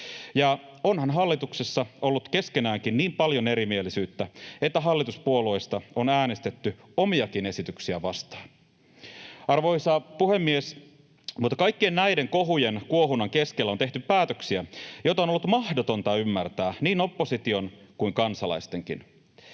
Ja onhan hallituksessa ollut keskenäänkin niin paljon erimielisyyttä, että hallituspuolueista on äänestetty omiakin esityksiä vastaan. Arvoisa puhemies! Kaikkien näiden kohujen ja kuohunnan keskellä on tehty päätöksiä, joita on ollut mahdotonta ymmärtää niin opposition kuin kansalaistenkin.